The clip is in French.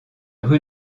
rue